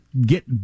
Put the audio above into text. get